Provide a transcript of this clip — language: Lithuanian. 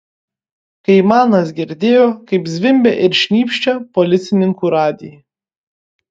kaimanas girdėjo kaip zvimbia ir šnypščia policininkų radijai